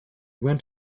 went